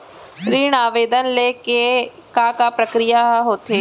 ऋण आवेदन ले के का का प्रक्रिया ह होथे?